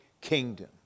kingdom